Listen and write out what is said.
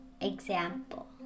Example